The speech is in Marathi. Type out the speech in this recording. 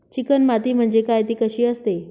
चिकण माती म्हणजे काय? ति कशी असते?